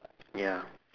ya